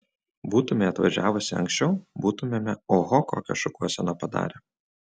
būtumei atvažiavusi anksčiau būtumėme oho kokią šukuoseną padarę